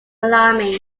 alarming